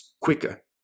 quicker